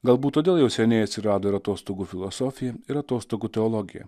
galbūt todėl jau seniai atsirado ir atostogų filosofija ir atostogų teologija